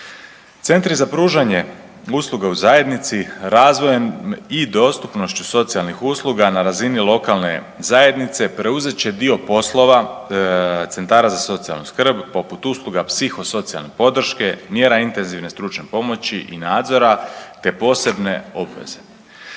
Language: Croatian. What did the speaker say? Centri za pružanje usluga u zajednici razvojem i dostupnošću socijalnih usluga na razini lokalne zajednice preuzet će dio poslova centara za socijalnu skrb, poput usluga psihosocijalne podrške, mjera intenzivne stručne pomoći i nadzora te posebne obveze.